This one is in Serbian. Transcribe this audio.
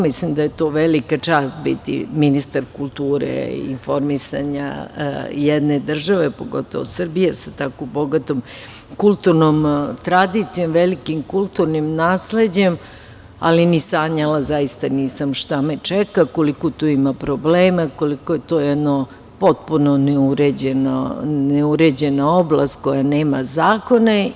Mislim da je to velika čast biti ministar kulture i informisanja jedne države, pogotovo Srbije, sa tako bogatom kulturnom tradicijom, velikim kulturnim nasleđem, ali ni sanjala zaista nisam šta me čeka, koliko tu ima problema i koliko je to jedna potpuno neuređena oblast koja nema zakone.